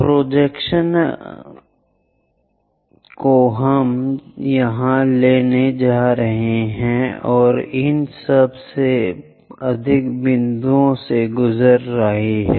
इसलिए प्रोजेक्शन अनुमान जो हम यहां लाने जा रहे हैं वह इन सबसे अधिक बिंदुओं से होकर गुजरता है